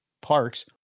parks